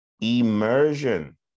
immersion